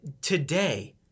today